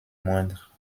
moindre